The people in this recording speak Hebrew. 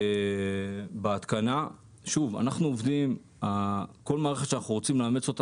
בהתקנה כל מערכת שאנחנו רוצים לאמץ,